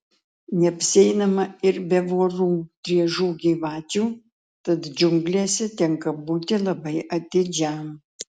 neapsieinama ir be vorų driežų gyvačių tad džiunglėse tenka būti labai atidžiam